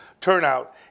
turnout